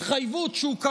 התחייבות שהוא,